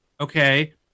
Okay